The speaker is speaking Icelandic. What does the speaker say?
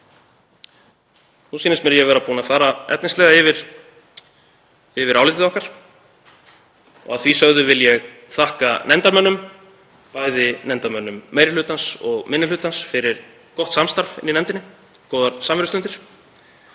Nú sýnist mér ég vera búinn að fara efnislega yfir álitið okkar. Að því sögðu vil ég þakka nefndarmönnum, bæði nefndarmönnum meiri hlutans og minni hlutans, fyrir gott samstarf í nefndinni, góðar samverustundir.